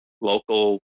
local